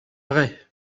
vrai